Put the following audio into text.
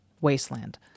wasteland